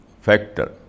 factor